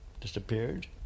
disappeared